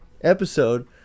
episode